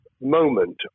moment